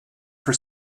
for